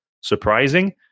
surprising